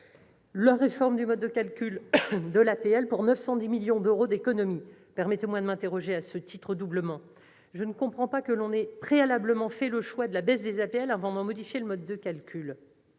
la réforme du mode de calcul de l'APL, pour 910 millions d'euros d'économies. À ce titre, permettez-moi de m'interroger doublement. Je ne comprends pas que l'on ait préalablement fait le choix de la baisse des APL avant d'en modifier le mode de calcul.